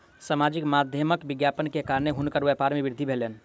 सामाजिक माध्यमक विज्ञापन के कारणेँ हुनकर व्यापार में वृद्धि भेलैन